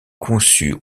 conçue